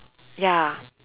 ya